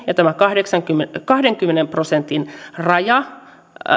ja tämä kahdenkymmenen prosentin raja